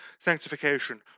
Sanctification